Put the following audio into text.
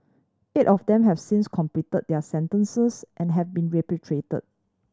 eight of them have since completed their sentences and have been repatriated